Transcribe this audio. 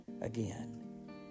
again